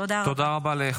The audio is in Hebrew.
תודה רבה.